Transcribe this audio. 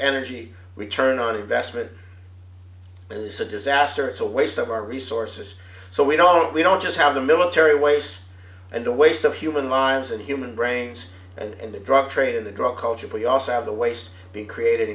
energy return on investment it is a disaster it's a waste of our resources so we don't we don't just have the military waste and the waste of human lives and human brains and the drug trade and the drug culture but you also have the waste being created